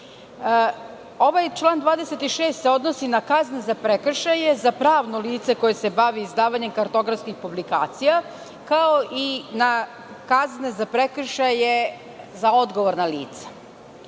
član 26. se odnosi na kazne za prekršaje, za pravno lice koje se bavi izdavanjem kartografskih publikacija, kao i na kazne za prekršaje za odgovorna lica.